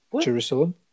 Jerusalem